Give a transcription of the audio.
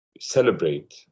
celebrate